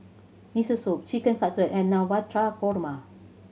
Miso Soup Chicken Cutlet and Navratan Korma